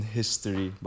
history